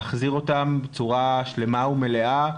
להחזיר אותם בצורה שלמה ומלאה,